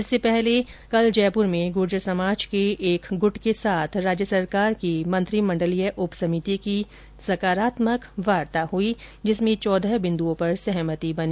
इससे पहले कल जयपुर में गुर्जर समाज के एक गुट के साथ राज्य सरकार की मंत्रिमंडलीय उपसमिति की सकारात्मक वार्ता हई जिसमें चौदह बिन्द्ओं पर सहमति बनी